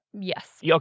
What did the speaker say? Yes